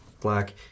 Black